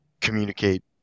communicate